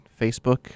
Facebook